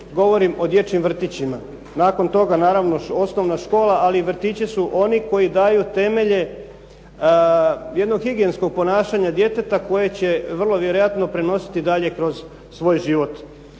govorim o dječjim vrtićima. Nakon toga naravno osnovna škola, ali vrtići su oni koji daju temelje jednog higijenskog ponašanja djeteta koje će vrlo vjerojatno prenositi dalje kroz svoj život.